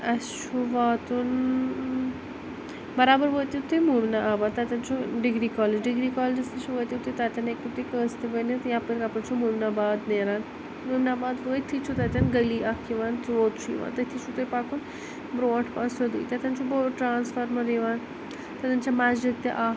اسہِ چھُ واتُن ٲں برابر وٲتِو تُہۍ موٗمِن آباد تَتیٚن چھُ ڈگری کالیج ڈگری کالجَس نِش وٲتِو تُہۍ تَتیٚن ہیٚکِو تُہۍ کانٛسہِ تہِ ؤنِتھ یَپٲرۍ کَپٲرۍ چھِ موٗمِن آباد نیٚران موٗمِن آباد وٲتِتھٕے چھِ تَتیٚن گلی اَکھ یِوان ژُوٚ ووٚت چھُ یِوان تٔتھٕے چھُو تۄہہِ پَکُن برٛۄنٛٹھ پہَن سیٚودٕے تَتیٚن چھُ بوٚڈ ٹرٛانسفارمَر یِوان تَتیٚن چھِ مسجد تہِ اَکھ